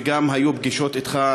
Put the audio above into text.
וגם היו פגישות שלך,